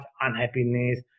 unhappiness